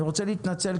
אני רוצה להתנצל,